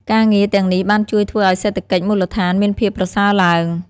ការងារទាំងនេះបានជួយធ្វើឲ្យសេដ្ឋកិច្ចមូលដ្ឋានមានភាពប្រសើរឡើង។